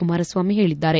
ಕುಮಾರಸ್ನಾಮಿ ಹೇಳಿದ್ದಾರೆ